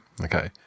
Okay